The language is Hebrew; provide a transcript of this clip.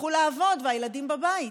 יצטרכו לעבוד והילדים בבית.